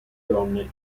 donne